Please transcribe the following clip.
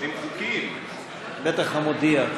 בטח המודיע.